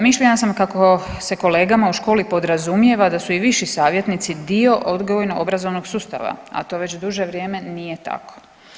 Mišljenja sam kako se kolegama u školi podrazumijeva da su i viši savjetnici dio odgojno-obrazovnog sustava, a to već duže vrijeme nije tako.